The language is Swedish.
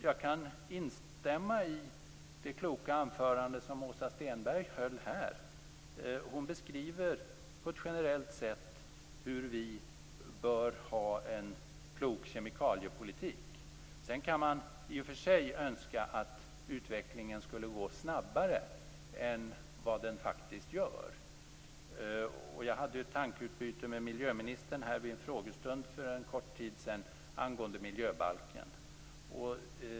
Jag kan instämma i det kloka anförande som Åsa Stenberg höll. Hon beskrev på ett generellt sätt hur vi bör föra en klok kemikaliepolitik. Sedan kan man i och för sig önska att utvecklingen skulle gå snabbare än vad den faktiskt gör. Jag hade ett tankeutbyte med miljöministern vid en frågestund för en kort tid sedan angående miljöbalken.